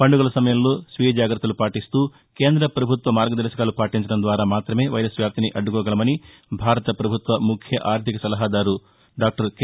పండుగల సమయంలో స్వీయ జాగ్రత్తలు పాటిస్తూ కేంద్ర ప్రభుత్వ మార్గదర్భకాలు పాటించడం ద్వారా మాత్రమే వైరస్ వ్యాప్తిని అడ్డుకోగలమని భారత ప్రభుత్వ ముఖ్య ఆర్దిక సలహాదారు డాక్టర్ కె